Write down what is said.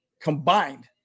combined